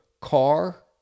car